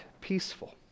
peaceful